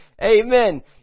Amen